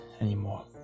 anymore